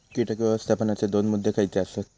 कीटक व्यवस्थापनाचे दोन मुद्दे खयचे आसत?